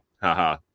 haha